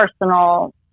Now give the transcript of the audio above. personal